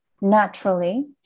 naturally